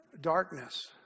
darkness